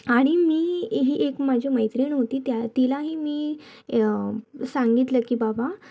आणि मी ही एक माझी मैत्रीण होती त्या तिलाही मी सांगितलं की बाबा